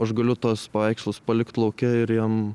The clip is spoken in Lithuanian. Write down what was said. aš galiu tuos paveikslus palikt lauke ir jiem